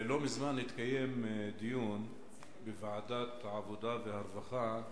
לא מזמן התקיים דיון בוועדת העבודה והרווחה,